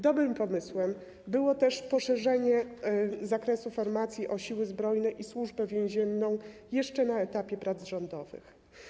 Dobrym pomysłem było też poszerzenie zakresu formacji o Siły Zbrojne i Służbę Więzienną jeszcze na etapie prac rządowych.